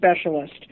specialist